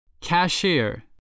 Cashier